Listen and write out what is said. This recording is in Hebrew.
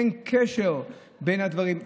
אין קשר בין הדברים.